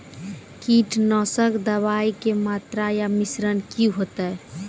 कीटनासक दवाई के मात्रा या मिश्रण की हेते?